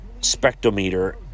spectrometer